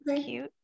cute